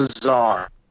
bizarre